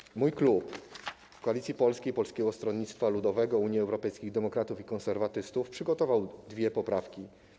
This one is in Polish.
Dlatego mój klub, klub Koalicji Polskiej - Polskiego Stronnictwa Ludowego, Unii Europejskich Demokratów, Konserwatystów, przygotował dwie poprawki.